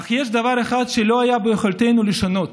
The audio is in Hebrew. אך יש דבר אחד שלא היה ביכולתנו לשנות,